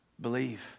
Believe